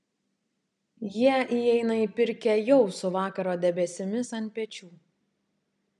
jie įeina į pirkią jau su vakaro debesimis ant pečių